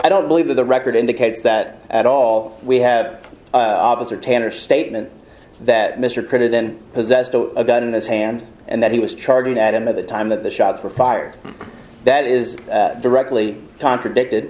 i don't believe that the record indicates that at all we have obvious or tanner statement that mr credit and possessed a gun in his hand and that he was charging at him at the time that the shots were fired that is directly contradicted